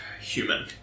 human